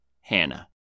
Hannah